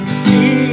see